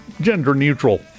gender-neutral